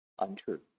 untrue